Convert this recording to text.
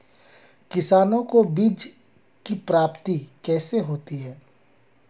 किसानों को बीज की प्राप्ति कैसे होती है?